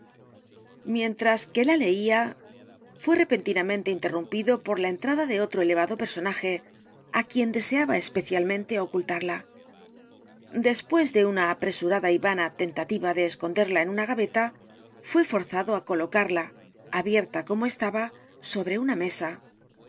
mientras que la leía fué ta carta robada repentinamente interrumpido por la entrada de otro elevado personaje á quien deseaba especialmente ocultarla después de una apresurada y vana t e n tativa de esconderla en una gaveta fué forzado á colocarla abierta como estaba sobre una mesa